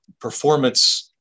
performance